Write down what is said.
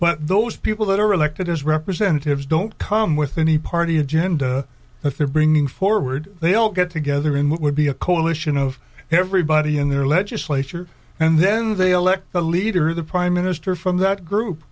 but those people that are elected as representatives don't come with any party agenda that they're bringing forward they all get together in what would be a coalition of everybody in their legislature and then they elect the leader the prime minister from that group